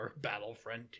battlefront